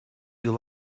you